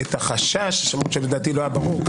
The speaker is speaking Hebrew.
את החשש שלדעתי לא היה ברור.